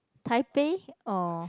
Taipei or